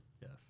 Yes